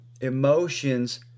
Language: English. emotions